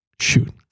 shoot